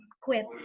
quit